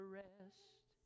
rest